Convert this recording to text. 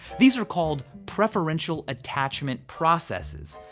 these are called preferential attachment processes.